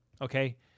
okay